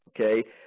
okay